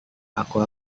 aku